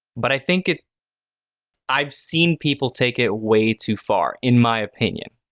but i think it i've seen people take it way too far, in my opinion.